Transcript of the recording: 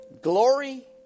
Glory